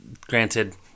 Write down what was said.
granted